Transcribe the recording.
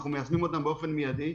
אנחנו מיישמים אותן באופן מיידי.